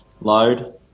load